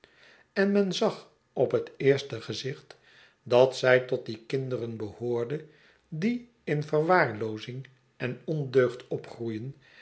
en men zag op het eerste gezicht dat zij tot die kinderen behoorde die in verwaarloozing en ondeugd opgroeien